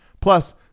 Plus